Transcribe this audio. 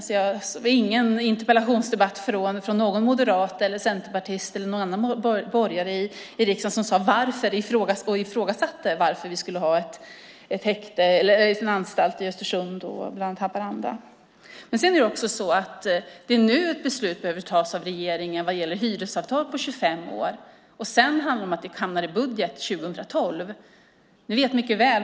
Det väcktes ingen interpellation av någon moderat eller centerpartist eller någon annan borgare i riksdagen som ifrågasatte en anstalt i Östersund och Haparanda, bland annat. Det är nu ett beslut behöver fattas av regeringen vad gäller ett hyresavtal på 25 år. Sedan handlar det om att det hamnar i budget 2012.